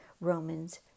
Romans